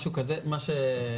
על מי הארגון.